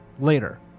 later